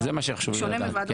שונה מוועדות משנה.